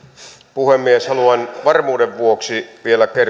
puhemies haluan varmuuden vuoksi vielä